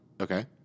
Okay